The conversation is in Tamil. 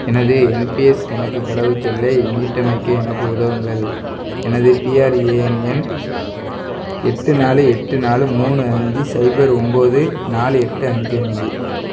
எனது என்பிஎஸ் கணக்கு கடவுச்சொல்லை மீட்டமைக்க எனக்கு உதவுங்கள் எனது பிஆர்ஏஎன் எண் எட்டு நாலு எட்டு நாலு மூணு அஞ்சு சைபர் ஒம்பது நாலு எட்டு அஞ்சு அஞ்சு